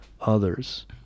others